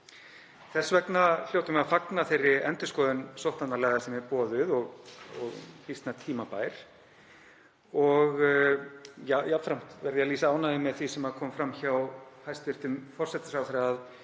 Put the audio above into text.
Þess vegna hljótum við að fagna þeirri endurskoðun sóttvarnalaga sem er boðuð og býsna tímabær. Jafnframt verð ég að lýsa ánægju með það sem kom fram hjá hæstv. forsætisráðherra,